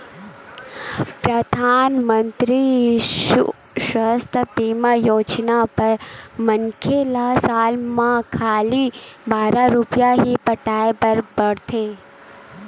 परधानमंतरी सुरक्छा बीमा योजना बर मनखे ल साल म खाली बारह रूपिया ही पटाए बर परथे